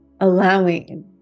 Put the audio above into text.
Allowing